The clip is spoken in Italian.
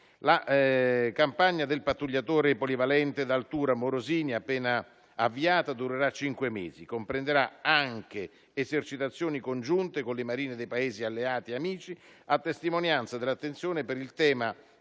La campagna del pattugliatore polivalente d'altura Morosini appena avviata durerà cinque mesi e comprenderà anche esercitazioni congiunte con le marine dei Paesi alleati e amici, a testimonianza dell'attenzione per il tema